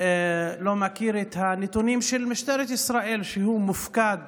לא מכיר את הנתונים של משטרת ישראל, כשהוא מופקד